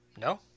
no